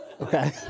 okay